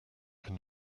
can